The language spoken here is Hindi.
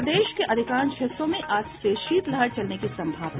और प्रदेश के अधिकांश हिस्सों में आज से शीतलहर चलने की संभावना